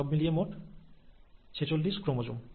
সব মিলিয়ে মোট 46 টি ক্রোমোজোম